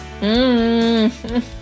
Mmm